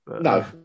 No